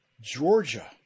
Georgia